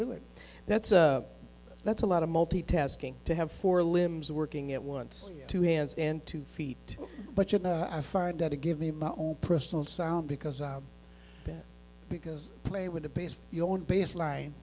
do it that's a that's a lot of multitasking to have four limbs working at once two hands and two feet but you know i find that to give me my own personal sound because i bet because play with your own bass line